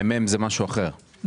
ממ"מ, לא מ"מ.